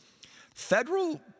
Federal